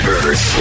Earth